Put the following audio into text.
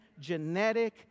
genetic